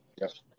Yes